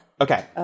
Okay